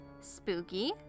spooky